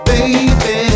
Baby